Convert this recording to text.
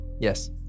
Yes